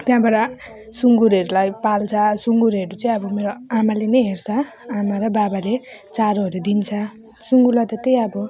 त्यहाँबाट सुङ्गुरहरूलाई सुङ्गुरहेरू चाहिँ अब मेरो आमाले नि हेर्छ आमा र बाबाले चारोहरू दिन्छ सुङ्गुरलाई त त्यही अब